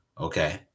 Okay